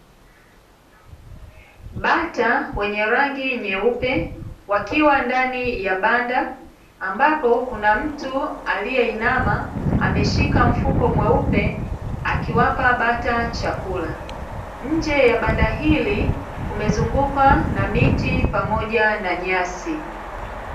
Bata wenye rangi nyeupe wakiwa ndani ya banda, ambapo kuna mtu aliyeinama ameshika mfuko mweupe akiwapa bata chakula. Nje ya banda hili kumezungukwa na miti pamoja na nyasi.